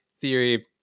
theory